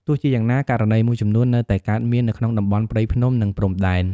ទោះជាយ៉ាងណា ករណីមួយចំនួននៅតែកើតមាននៅក្នុងតំបន់ព្រៃភ្នំ និងព្រំដែន។